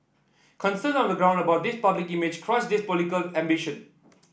concerns on the ground about this public image crushed his political ambition